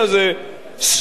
סתם לקחת